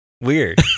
Weird